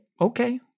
okay